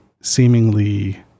seemingly